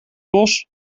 bos